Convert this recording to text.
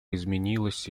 изменилась